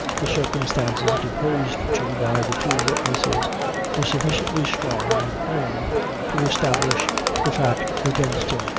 the circumstances deposed to by the two witnesses were sufficiently strong and home to establish the fact against him,